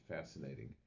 fascinating